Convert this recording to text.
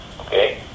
okay